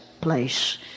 place